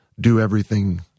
do-everything